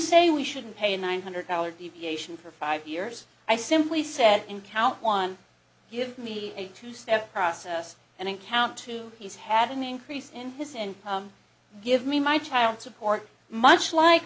say we shouldn't pay a nine hundred dollars deviation for five years i simply said in count one give me a two step process and count two he's had an increase in his and give me my child support much like